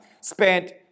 spent